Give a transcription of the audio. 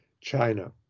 China